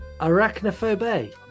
Arachnophobia